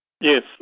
Yes